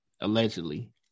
allegedly